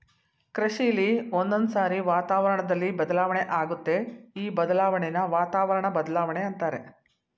ಕೃಷಿಲಿ ಒಂದೊಂದ್ಸಾರಿ ವಾತಾವರಣ್ದಲ್ಲಿ ಬದಲಾವಣೆ ಆಗತ್ತೆ ಈ ಬದಲಾಣೆನ ವಾತಾವರಣ ಬದ್ಲಾವಣೆ ಅಂತಾರೆ